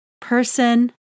person